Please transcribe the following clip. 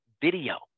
video